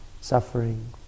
suffering